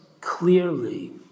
clearly